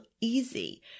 easy